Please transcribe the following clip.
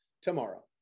tomorrow